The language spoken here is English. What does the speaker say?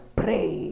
pray